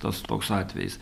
tas toks atvejis